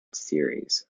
series